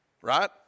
right